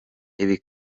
ibi